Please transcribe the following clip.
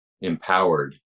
empowered